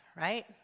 right